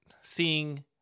seeing